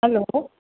hello